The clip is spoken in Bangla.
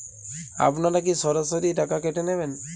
আপনারা কি সরাসরি টাকা কেটে নেবেন?